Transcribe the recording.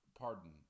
pardon